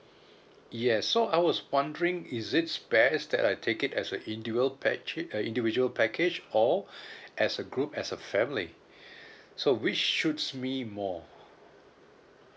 yes so I was wondering is it best that I take it as a individual package uh individual package or as a group as a family so which suits me more